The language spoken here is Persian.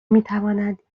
میتوانند